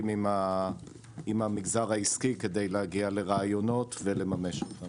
עם המגזר העסקי כדי להגיע לרעיונות ולממש אותם.